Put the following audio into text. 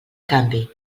canvi